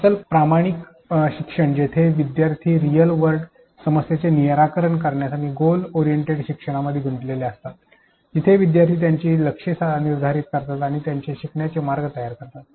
अस्सल प्रामाणिक शिक्षण जिथे विद्यार्थी रीयल वर्ल्ड समस्येचे निराकरण करण्यात आणि गोल ओरियंटेड शिक्षणामध्ये गुंतलेले असतात जिथे विद्यार्थी त्यांची लक्ष्ये निर्धारित करतात आणि त्यांचे शिकण्याचे मार्ग तयार करतात